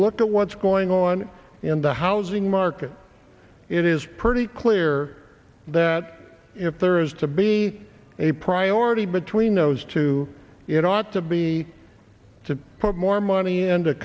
look at what's going on in the housing market it is pretty clear that if there is to be a priority between those two it ought to be to put more money